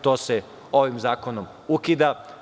To se ovim zakonom ukida.